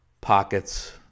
pockets